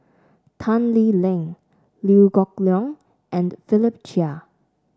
Tan Lee Leng Liew Geok Leong and Philip Chia